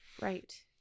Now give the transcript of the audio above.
right